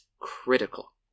critical